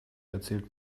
erzählt